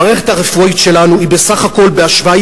המערכת הרפואית שלנו היא בסך הכול בהשוואה